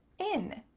in,